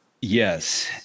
Yes